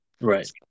Right